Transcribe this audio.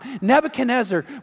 Nebuchadnezzar